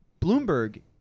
Bloomberg